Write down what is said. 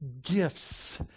gifts